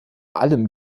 allem